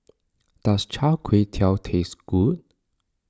does Char Kway Teow taste good